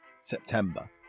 September